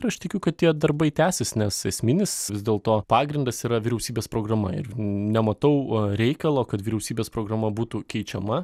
ir aš tikiu kad tie darbai tęsis nes esminis vis dėlto pagrindas yra vyriausybės programa ir nematau e reikalo kad vyriausybės programa būtų keičiama